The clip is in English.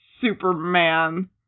Superman